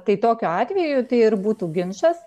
tai tokiu atveju tai ir būtų ginčas